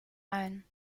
allen